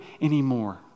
anymore